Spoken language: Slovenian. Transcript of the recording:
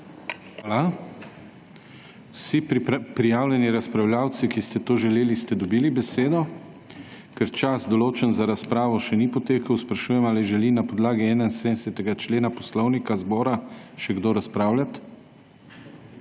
redu. Vsi prijavljeni razpravljavci, ki ste to želeli, ste sicer dobili besedo, ker pa čas, določen za razpravo, še ni potekel, vas sprašujem ali želi na podlagi 71. člena Poslovnika zbora še kdo razpravljati.